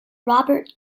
robert